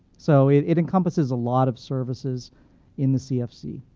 so it it encompasses a lot of services in the cfc.